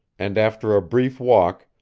and after a brief walk,